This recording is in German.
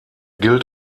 gilt